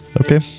Okay